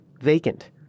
vacant